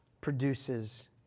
produces